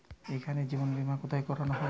এখানে জীবন বীমা কোথায় করানো হয়?